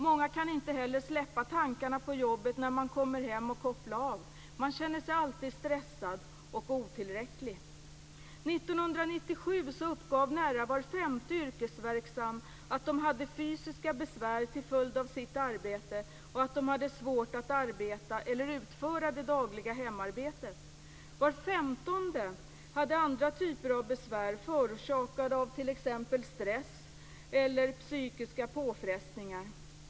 Många kan inte heller släppa tankarna på jobbet när de kommer hem och försöker koppla av. Man känner sig alltid stressad och otillräcklig. År 1997 uppgav nära var femte yrkesverksam att man hade fysiska besvär till följd av sitt arbete och att man hade svårt att arbeta eller utföra det dagliga hemarbetet. Var femtonde hade andra typer av besvär förorsakade av t.ex. stress eller psykiska påfrestningar.